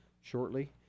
shortly